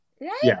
Right